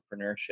entrepreneurship